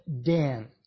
Dan